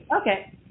Okay